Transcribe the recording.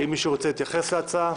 יש התייחסות להצעה?